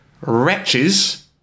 Wretches